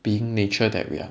being nature that we are